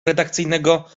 redakcyjnego